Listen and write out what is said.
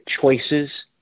choices